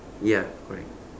ya correct